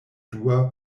dua